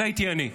זה הייתי אני.